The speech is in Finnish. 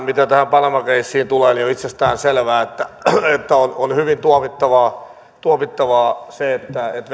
mitä tähän panama keissiin tulee niin on itsestäänselvää että on hyvin tuomittavaa tuomittavaa se että